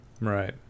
Right